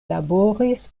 laboris